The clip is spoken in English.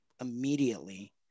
immediately